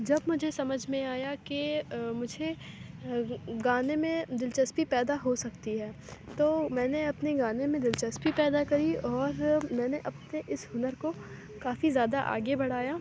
جب مجھے سمجھ میں آیا کہ مجھے گانے میں دلچسپی پیدا ہو سکتی ہے تو میں نے اپنے گانے میں دلچسپی پیدا کری اور میں نے اپنے اس ہنر کو کافی زیادہ آگے بڑھایا